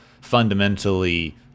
fundamentally